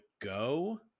go